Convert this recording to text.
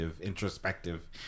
introspective